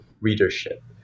readership